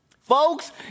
Folks